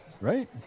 right